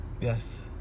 yes